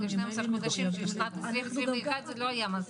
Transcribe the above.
כי 12 חודשים של שנת 2021 זה לא היה מספיק.